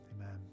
amen